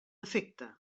efecte